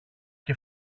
και